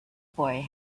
boy